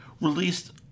released